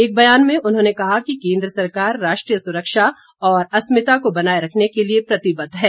एक ब्यान में उन्होंने कहा कि केंद्र सरकार राष्ट्रीय सुरक्षा और अस्मिता को बनाए रखने के लिए प्रतिबध है